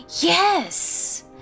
Yes